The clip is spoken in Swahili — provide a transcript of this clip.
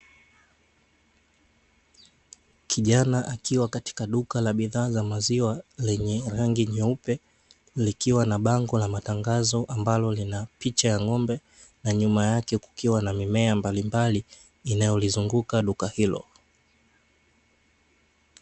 Kijana akiwa katika duka la bidhaa za maziwa lenye rangi nyeupe, likiwa na bango la matangazo, ambalo lina picha ya ng'ombe, na nyuma yake kukiwa na mimea mbalimbali inayolizunguka duka hilo.